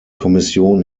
kommission